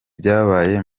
byabaye